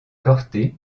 corte